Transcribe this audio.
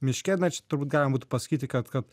miške ir na čia turbūt galima būtų pasakyti kad kad